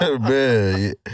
Man